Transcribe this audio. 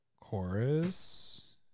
Chorus